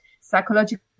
psychological